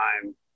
time